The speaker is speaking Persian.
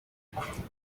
بتونیم